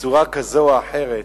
בצורה כזאת או אחרת.